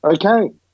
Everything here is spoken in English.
Okay